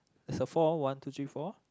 there's a four one two three four